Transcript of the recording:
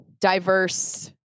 diverse